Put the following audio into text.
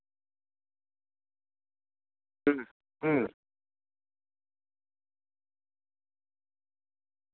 ᱦᱩᱸ ᱦᱩᱸ